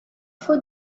for